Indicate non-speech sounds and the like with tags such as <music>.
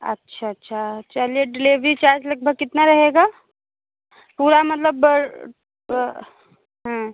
अच्छा अच्छा चलिए डिलेवरी चार्ज लगभग कितना रहेगा पूरा मतलब <unintelligible> हाँ